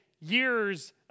years